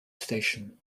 station